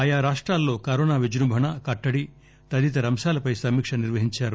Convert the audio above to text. ఆయా రాష్టాలలో కరోనా విజృంభణ కట్టడి తదితర అంశాలపై సమీక్ష నిర్వహించారు